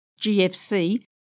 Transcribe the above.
GFC